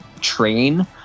train